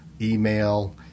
email